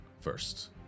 first